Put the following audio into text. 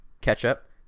Ketchup